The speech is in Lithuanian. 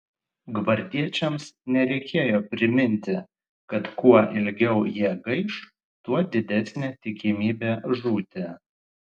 gvardiečiams nereikėjo priminti kad kuo ilgiau jie gaiš tuo didesnė tikimybė žūti